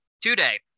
today